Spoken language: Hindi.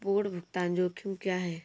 पूर्व भुगतान जोखिम क्या हैं?